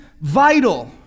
vital